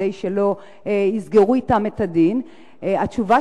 כדי שלא יסגרו אתם את הדין התשובה